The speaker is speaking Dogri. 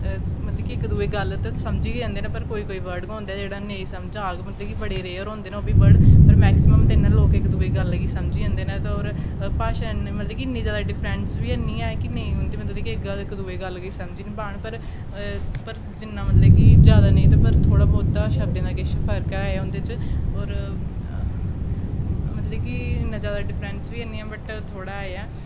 मतलब कि इक दूऐ दी गल्ल ते समझी गै लैंदे न पर कोई कोई वर्ड गै होंदे जेह्ड़े नेईं समझ आह्ग मतलब कि बड़े रेयर होंदे न ओह् बी वर्ड पर मैक्सिमम इ'यां लोग ते इक दूऐ दी गल्ल गी समझी जंदे न ते होर भाशा मतलब इ'न्नी जादा डिफरेंस बी निं ऐ कि उं'दी मतलब की इक दूऐ दी गल्ल गी समझी निं पान पर जि'न्ना कि जादा नेईं ते पर थोह्ड़ा बहोता शब्दें दा किश फर्क ऐ उं'दे च होर मतलब कि इ'न्ना जादा डिफरेंस बी निं ऐ वट थोह्ड़ा ऐ ऐ